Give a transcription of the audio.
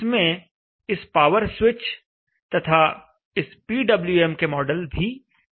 इसमें इस power switch तथा इस पीडब्ल्यूएम के मॉडल भी हैं